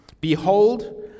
Behold